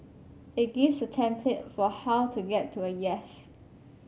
it gives a template for how to get to a yes